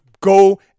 go